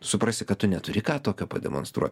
suprasi kad tu neturi ką tokio pademonstruot